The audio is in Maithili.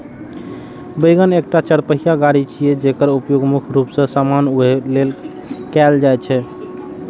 वैगन एकटा चरपहिया गाड़ी छियै, जेकर उपयोग मुख्य रूप मे सामान उघै लेल कैल जाइ छै